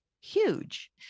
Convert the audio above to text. huge